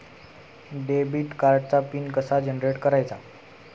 Debit कार्डचा PIN कसा generate करायचा?